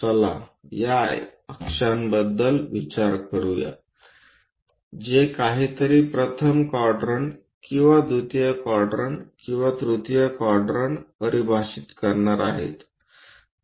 चला या अक्षांबद्दल विचार करूया जे काहीतरी प्रथम क्वाड्रंट किंवा द्वितीय क्वाड्रंट किंवा तृतीय क्वाड्रंट परिभाषित करणार आहेत